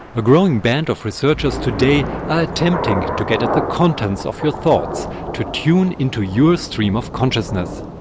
a growing band of researchers today are attempting to get at the contents of your thoughts, to tune in to your stream of consciousness.